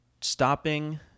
stopping